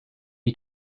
you